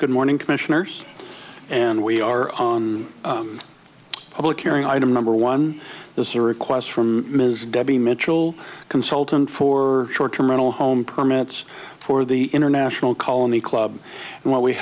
good morning commissioners and we are public hearing item number one those here requests from ms debbie mitchell consultant for short term mental home permits for the international colony club and what we